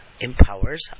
empowers